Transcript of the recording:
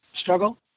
struggle